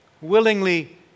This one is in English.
Willingly